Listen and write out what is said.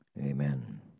Amen